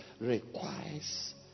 requires